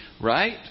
Right